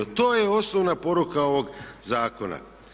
To je osnovna poruka ovog zakona.